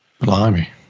Blimey